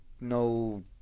no